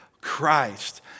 Christ